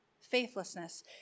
Faithlessness